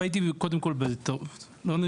כי את